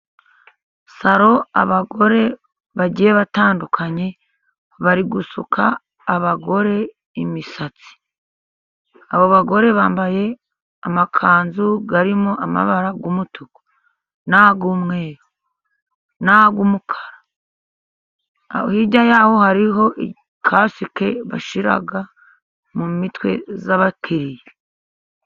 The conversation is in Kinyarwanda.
Salo abagore bagiye batandukanye, bari gusuka abagore imisatsi. Abo bagore bambaye amakanzu, arimo amabara y'umutuku, n'ay'umwe, n'ay'umukara. Hirya yaho hariho kasike bashyira mu mitwe y'abakiriya.